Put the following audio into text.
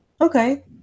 Okay